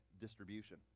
distribution